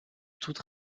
toute